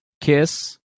Kiss